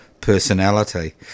personality